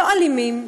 לא אלימים,